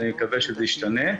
אני מקווה שזה ישתנה.